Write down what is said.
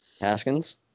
Haskins